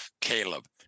Caleb